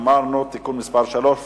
(תיקון מס' 3),